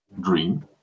Dream